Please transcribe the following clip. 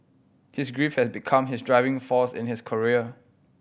his grief had become his driving force in his career